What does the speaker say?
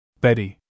Betty